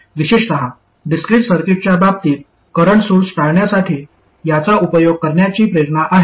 विशेषत डिस्क्रिट सर्किटच्या बाबतीत करंट सोर्स टाळण्यासाठी याचा उपयोग करण्याची प्रेरणा आहे